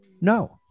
No